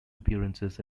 appearances